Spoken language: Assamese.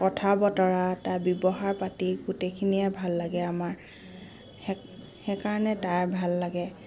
কথা বতৰা তাৰ ব্যৱহাৰ পাতি গোটেইখিনিয়ে ভাল লাগে আমাৰ সেইকাৰণে তাই ভাল লাগে